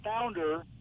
founder